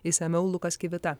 išsamiau lukas kivita